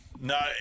No